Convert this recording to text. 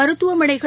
மருத்துவமனைகள்